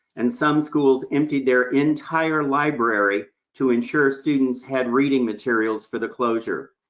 and some schools emptied their entire library to ensure students had reading materials for the closure.